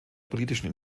politischen